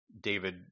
David